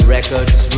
Records